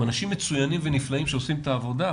הם אנשים נפלאים ומצוינים שעושים את העבודה,